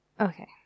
Okay